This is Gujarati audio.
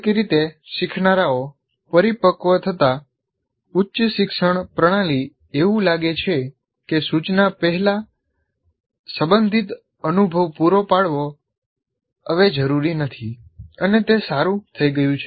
કોઈક રીતે શીખનારાઓ પરિપક્વ થતાં ઉચ્ચ શિક્ષણ પ્રણાલી એવું લાગે છે કે સૂચના પહેલાં સંબંધિત અનુભવ પૂરો પાડવો હવે જરૂરી નથી અને તે સારું થઈ ગયું છે